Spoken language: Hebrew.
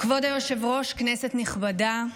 כבוד היושב-ראש, כנסת נכבדה,